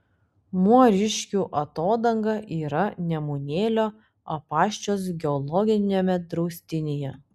muoriškių atodanga yra nemunėlio apaščios geologiniame draustinyje